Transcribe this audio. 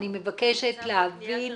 אני מבקשת להבין.